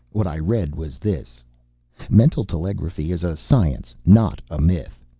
what i read was this mental telegraphy is a science, not a myth.